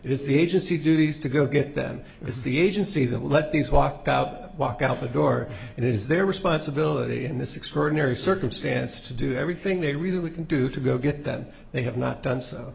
is the agency duties to go get them because the agency that will let these walked out walk out the door and it is their responsibility in this extraordinary circumstance to do everything they really can do to go get that they have not done so